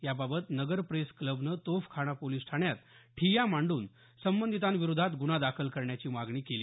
याबाबत नगर प्रेस क्लबनं तोफखाना पोलिस ठाण्यात ठिय्या मांडून संबंधितांविरोधात गुन्हा दाखल करण्याची मागणी केली